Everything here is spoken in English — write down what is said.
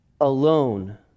alone